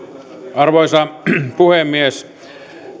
arvoisa puhemies